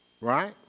right